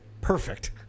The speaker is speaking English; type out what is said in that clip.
perfect